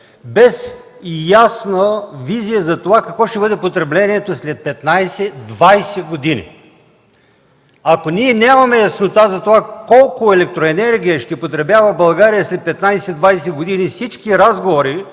без ясна визия за това какво ще бъде потреблението след 15-20 години. Ако ние нямаме яснота колко електроенергия ще потребява България след 15-20 години, всички разговори